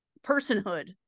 personhood